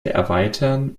erweitern